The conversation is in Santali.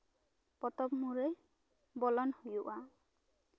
ᱯᱚᱛᱚᱵ ᱢᱩᱨᱟᱹᱭ ᱵᱚᱞᱚᱱ ᱦᱩᱭᱩᱜᱼᱟ